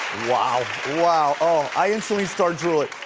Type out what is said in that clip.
wow, wow. oh, i instantly start drooling.